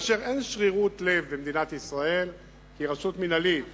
בלי שרירות לב במדינת ישראל, כי רשות מינהלית